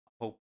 hope